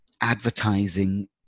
advertising